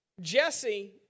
Jesse